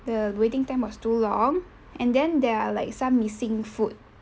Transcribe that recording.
the waiting time was too long and then there are like some missing food